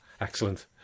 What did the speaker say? Excellent